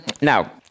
now